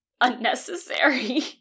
unnecessary